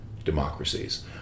Democracies